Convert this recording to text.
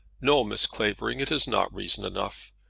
no, miss clavering, it is not reason enough.